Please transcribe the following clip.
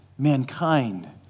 mankind